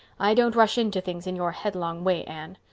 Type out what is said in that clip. i don't rush into things in your headlong way, anne.